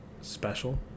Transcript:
Special